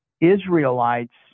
Israelites